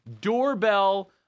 Doorbell